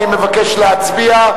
אני מבקש להצביע,